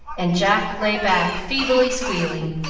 and jack lay back, feebly squealing,